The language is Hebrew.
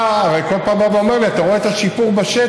אתה הרי כל פעם בא ואומר לי שאתה רואה את השיפור בשטח.